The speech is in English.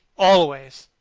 always!